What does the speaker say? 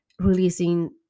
releasing